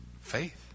Faith